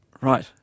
Right